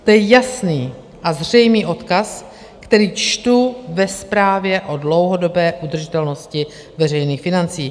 To je jasný a zřejmý odkaz, který čtu ve zprávě o dlouhodobé udržitelnosti veřejných financí.